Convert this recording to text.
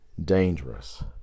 dangerous